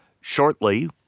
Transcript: shortly